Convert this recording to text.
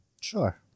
Sure